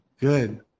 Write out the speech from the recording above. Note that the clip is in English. Good